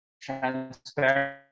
transparent